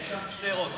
יש שם שתי רותם.